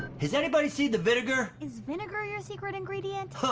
has anybody seen the vinegar? is vinegar your secret ingredient?